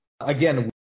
Again